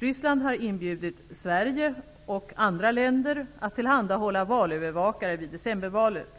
Ryssland har inbjudit Sverige och andra länder att tillhandahålla valövervakare vid decembervalet.